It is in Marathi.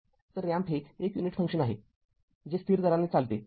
तर रॅम्प हे एक फंक्शन आहे जे स्थिर दराने बदलते